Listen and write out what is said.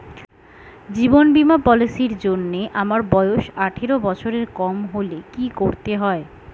জীবন বীমা পলিসি র জন্যে আমার বয়স আঠারো বছরের কম হলে কি করতে হয়?